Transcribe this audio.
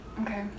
Okay